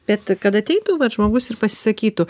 bet kad ateitų vat žmogus ir pasisakytų